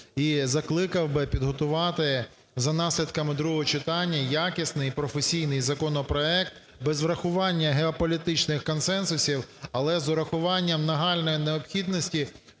і закликав би підготувати за наслідками другого читання якісний і професійний законопроект, без врахування геополітичних консенсусів, але з урахуванням нагальної необхідності